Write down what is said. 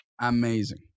Amazing